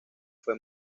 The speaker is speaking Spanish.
fue